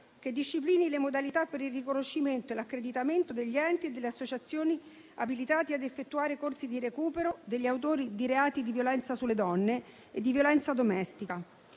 che disciplini le modalità per il riconoscimento e l'accreditamento degli enti e delle associazioni abilitate ad effettuare corsi di recupero degli autori di reati di violenza sulle donne e di violenza domestica.